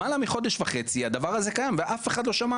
למעלה מחודש וחצי הדבר הזה קיים ואף אחד לא שמע